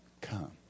come